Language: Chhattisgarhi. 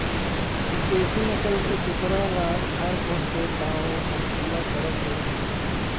देसी नसल के कुकरा ल घर पोसबे तौ वोहर खुल्ला चरत रइथे